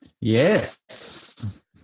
Yes